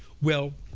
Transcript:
well,